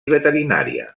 veterinària